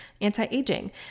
anti-aging